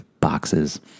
boxes